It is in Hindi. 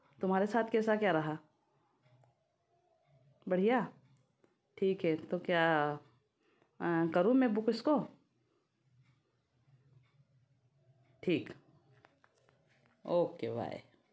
तुम्हारे साथ कैसा क्या रहा बढ़िया ठीक है तो क्या करूँ मैं बुक इसको ठीक ओ के बाय